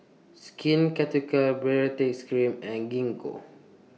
Skin Ceuticals Baritex Cream and Gingko